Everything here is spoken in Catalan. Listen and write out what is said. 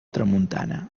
tramuntana